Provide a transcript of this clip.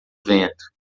vento